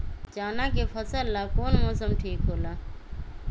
चाना के फसल ला कौन मौसम ठीक होला?